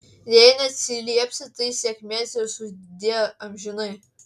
jei neatsiliepsi tai sėkmės ir sudie amžinai